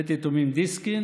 בית יתומים דיסקין